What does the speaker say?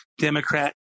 Democrat